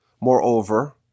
Moreover